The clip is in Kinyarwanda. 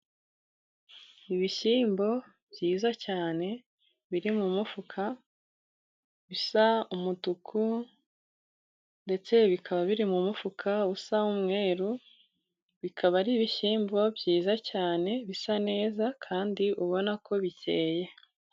Ibishyimbo byiza cyane biri mu mufuka bisa umutuku, ndetse bikaba biri mu mufuka usa umweru, bikaba ari ibishyimbo byiza cyane bisa neza kandi ubona ko bikeye.